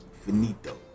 finito